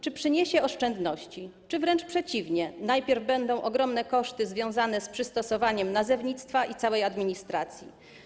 Czy przyniosą oszczędności, czy wręcz przeciwnie, bo najpierw będą ogromne koszty związane z przystosowaniem nazewnictwa i całej administracji?